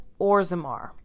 Orzammar